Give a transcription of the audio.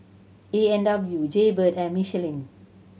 A and W Jaybird and Michelin